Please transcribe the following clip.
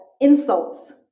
insults